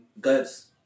Guts